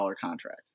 contract